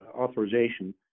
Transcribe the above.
authorization